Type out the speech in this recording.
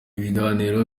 biganiro